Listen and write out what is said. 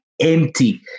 empty